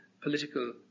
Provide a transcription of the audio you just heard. political